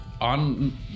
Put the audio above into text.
On